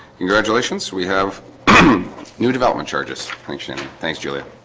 congratulations, we have new development charges. thanks, jamie. thanks, julia